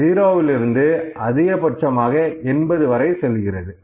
0 லிருந்து அதிகபட்சமாக 80 வரை செல்கிறது